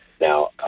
Now